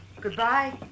Goodbye